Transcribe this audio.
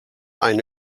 eine